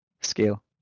scale